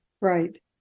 Right